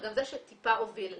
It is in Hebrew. וגם זה שטיפה הוביל אליו.